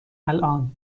الان